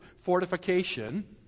fortification